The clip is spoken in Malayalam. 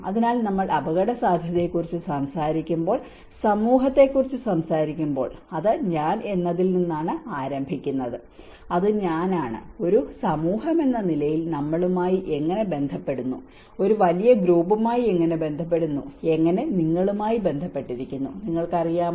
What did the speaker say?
അതിനാൽ നമ്മൾ അപകടസാധ്യതയെക്കുറിച്ച് സംസാരിക്കുമ്പോൾ സമൂഹത്തെക്കുറിച്ച് സംസാരിക്കുമ്പോൾ അത് ഞാൻ എന്നതിൽ നിന്നാണ് ആരംഭിക്കുന്നത് അത് ഞാനാണ് ഒരു സമൂഹമെന്ന നിലയിൽ നമ്മളുമായി എങ്ങനെ ബന്ധപ്പെടുന്നു ഒരു വലിയ ഗ്രൂപ്പുമായി എങ്ങനെ ബന്ധപ്പെടുന്നു എങ്ങനെ നിങ്ങളുമായി ബന്ധപ്പെട്ടിരിക്കുന്നു നിങ്ങൾക്ക് അറിയാമോ